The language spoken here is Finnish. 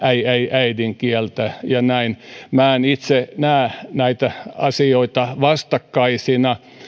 äidinkieltä ja näin minä en itse näe näitä asioita vastakkaisina